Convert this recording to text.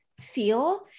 feel